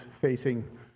facing